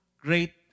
great